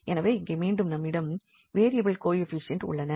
எனவே இங்கே மீண்டும் நம்மிடம் வேரியபிள் கொயபிசியன்ட் உள்ளன